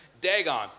Dagon